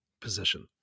position